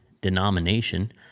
denomination